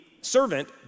servant